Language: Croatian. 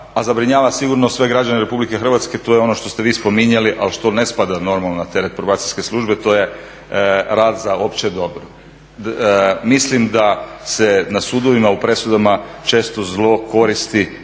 a zabrinjava sigurno sve građane Republike Hrvatske. To je ono što ste vi spominjali, ali što ne spada normalno na teret probacijske službe to je rad za opće dobro. Mislim da se na sudovima u presudama često zlokoristi